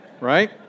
right